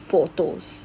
photos